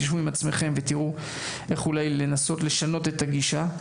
שבו ותנסו לשנות את הגישה.